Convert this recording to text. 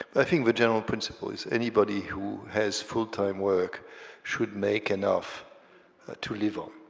i think the general principle is, anybody who has full-time work should make enough to live on.